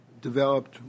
developed